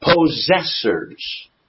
possessors